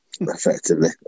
Effectively